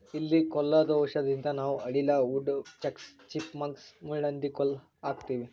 ಇಲಿ ಕೊಲ್ಲದು ಔಷಧದಿಂದ ನಾವ್ ಅಳಿಲ, ವುಡ್ ಚಕ್ಸ್, ಚಿಪ್ ಮಂಕ್ಸ್, ಮುಳ್ಳಹಂದಿ ಕೊಲ್ಲ ಹಾಕ್ತಿವಿ